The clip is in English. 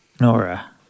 Nora